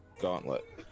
Gauntlet